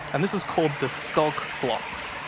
and this is called the skulk blocks.